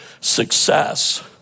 success